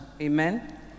Amen